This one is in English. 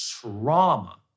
trauma